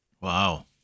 Wow